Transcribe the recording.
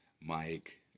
Mike